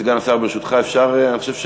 סגן השר, ברשותך, אפשר,